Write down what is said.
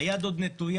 היד עוד נטויה,